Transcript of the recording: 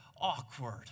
awkward